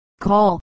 Call